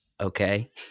okay